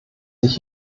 sich